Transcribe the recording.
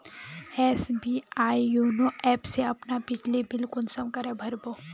SBI YONO app से अपना बिजली बिल कुंसम करे भर बो?